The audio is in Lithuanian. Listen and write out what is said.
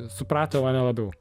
suprato mane labiau